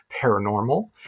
Paranormal